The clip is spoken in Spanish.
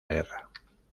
guerra